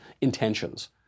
intentions